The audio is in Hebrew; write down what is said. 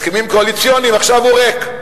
הסכמים קואליציוניים, עכשיו הוא ריק.